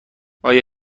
آیا